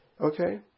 Okay